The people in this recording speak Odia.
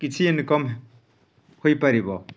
କିଛି ଇନ୍କମ୍ ହୋଇପାରିବ